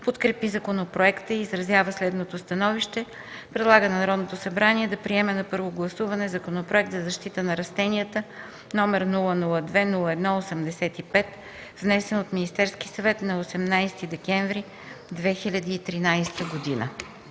подкрепи законопроекта и изразява следното становище: Предлага на Народното събрание да приеме на първо гласуване Законопроект за защита на растенията, № 002-01-85, внесен от Министерския съвет на 18 декември 2013 г.”